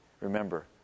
remember